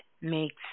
makes